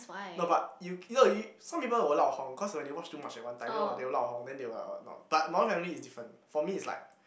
no but you you know you some people will lao hong cause when they watch too much in one time you know they will not lao hong they will not but modern family is different for me it's like